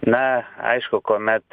na aišku kuomet